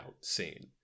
scene